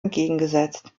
entgegengesetzt